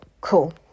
cool